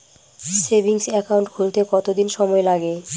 Savings account খুলতে কতদিন সময় লাগে?